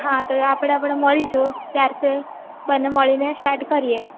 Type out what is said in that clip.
હા તો આપણે આપણે મળીશું જાતે બંને મળીને સ્ટાર્ટ કરીએ